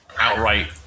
outright